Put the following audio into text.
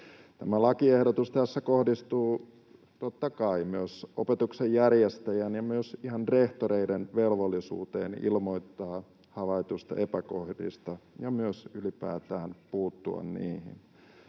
Tämä lakiehdotus tässä kohdistuu totta kai myös opetuksen järjestäjän ja myös ihan rehtoreiden velvollisuuteen ilmoittaa havaituista epäkohdista ja myös ylipäätään puuttua niihin.